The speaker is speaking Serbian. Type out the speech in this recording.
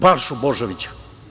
Balšu Božovića.